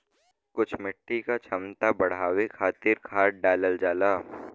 कुछ मिट्टी क क्षमता बढ़ावे खातिर खाद डालल जाला